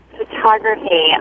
Photography